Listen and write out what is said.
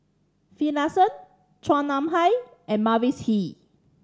Finlayson Chua Nam Hai and Mavis Hee